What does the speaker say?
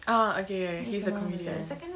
ah ookay ya ya he's a comedian